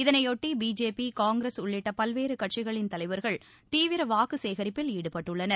இதனையொட்டி பிஜேபி காங்கிரஸ் உள்ளிட்ட பல்வேறு கட்சிகளின் தலைவர்கள் தீவிரவாக்கு சேகரிப்பில் ஈடுபட்டுள்ளனர்